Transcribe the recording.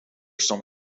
some